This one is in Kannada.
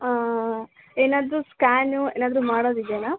ಏನಾದರೂ ಸ್ಕ್ಯಾನ್ ಏನಾದರೂ ಮಾಡೋದಿದೆಯಾ ಮ್ಯಾಮ್